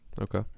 Okay